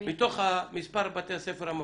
מתוך מספר בתי הספר המפלים?